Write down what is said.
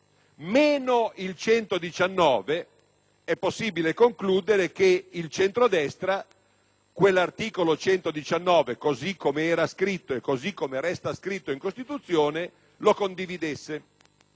l'articolo 119, è possibile concludere che il centrodestra quell'articolo 119, così come era scritto e così come resta scritto in Costituzione, lo condividesse.